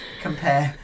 compare